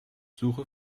suche